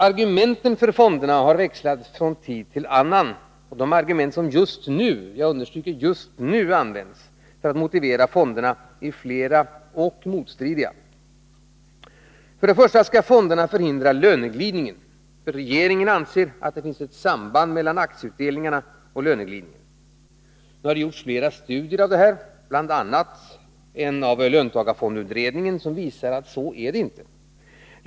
Argumenten för fonderna har växlat från tid till annan. De argument som just nu används för att motivera fonderna är flera och motstridiga. För det första skall fonderna förhindra löneglidningen. Regeringen anser att det finns ett samband mellan aktieutdelningarna och löneglidningen. Det har gjorts flera studier, bl.a. en av löntagarfondsutredningen, som visar att det inte är så.